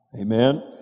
Amen